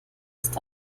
ist